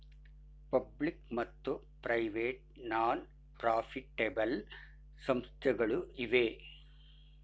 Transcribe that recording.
public ಮತ್ತು private non profitable ಸಂಸ್ಥೆಗಳು ಇವೆ